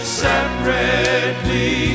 separately